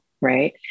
right